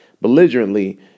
belligerently